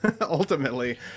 ultimately